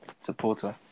supporter